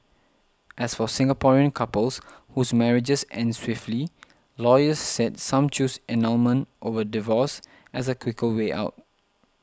as for Singaporean couples whose marriages end swiftly lawyers said some choose annulment over divorce as a quicker way out